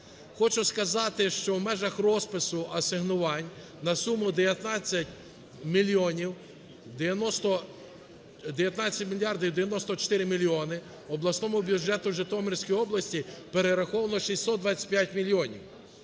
Хочу сказати, що в межах розпису асигнувань на суму 19 мільярдів 994 мільйони обласному бюджету в Житомирській області перераховано 625 мільйонів.